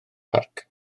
parc